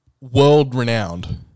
world-renowned